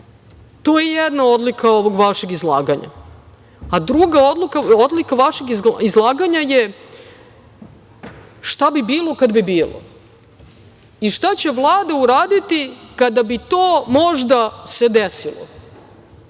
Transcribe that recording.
To je jedna odlika ovog vašeg izlaganja. Druga odlika vašeg izlaganja je – šta bi bilo kad bi bilo i šta će Vlada uraditi kada bi to možda se desilo.